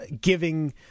giving